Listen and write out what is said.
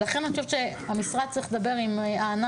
אני חושבת שהמשרד צריך לדבר עם הענף.